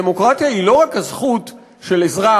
הדמוקרטיה היא לא רק הזכות של אזרח